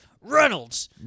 Reynolds